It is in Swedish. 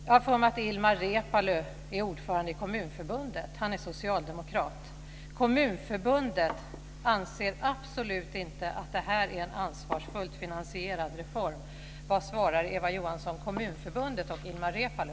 Jag har för mig att Ilmar Reepalu är ordförande i Kommunförbundet, och han är socialdemokrat. Kommunförbundet anser absolut inte att det här är en ansvarsfullt finansierad reform. Vad svarar Eva Johansson Kommunförbundet och Ilmar Reepalu?